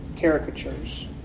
caricatures